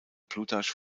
plutarch